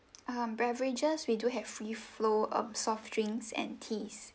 um beverages we do have free flow of soft drinks and teas